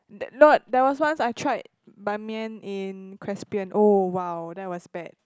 that no there was once I tried Ban-Mian in Crespian oh !wow! that was bad